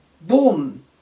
boom